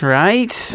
right